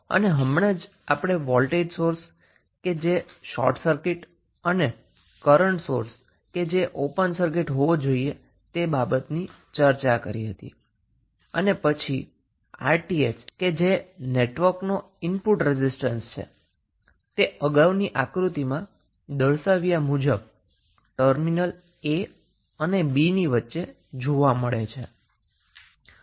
અને હમણાં જ આપણે ચર્ચા કરી હતી કે વોલ્ટેજ સોર્સ શોર્ટ સર્કિટ હોવો જોઈએ અને કરન્ટ સોર્સ ઓપન સર્કિટ હોવો જોઈએ અને પછી 𝑅𝑇ℎ એ નેટવર્કનો ઈનપુટ રેઝિસ્ટન્સ છે અને તે અગાઉની આક્રુતિ માં દર્શાવ્યા મુજબ ટર્મિનલ a અને b ની વચ્ચે જોવા મળે છે